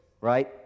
right